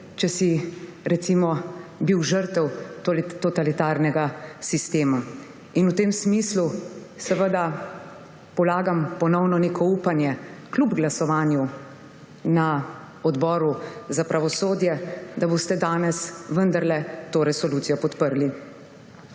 če si recimo bil žrtev totalitarnega sistema. V tem smislu seveda polagam ponovno neko upanje kljub glasovanju na Odboru za pravosodje, da boste danes vendarle to resolucijo podprli.